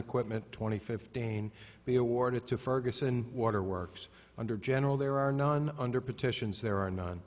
equipment twenty fifteen be awarded to ferguson water works under general there are non under petitions there are none